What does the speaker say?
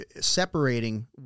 separating